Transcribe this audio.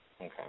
Okay